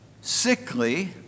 sickly